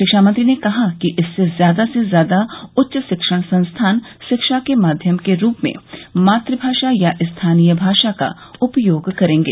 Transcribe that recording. शिक्षा मंत्री ने कहा कि इससे ज्यादा से ज्यादा उच्च शिक्षण संस्थान शिक्षा के माध्यम के रूप में मातृभाषा या स्थानीय भाषा का उपयोग करेंगे